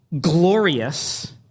glorious